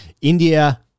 India